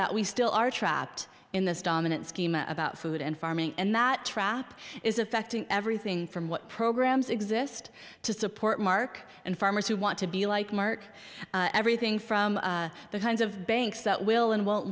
that we still are trapped in this dominant schema about food and farming and that trap is affecting everything from what programs exist to support mark and farmers who want to be like mark everything from the kinds of banks that will and won't